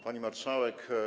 Pani Marszałek!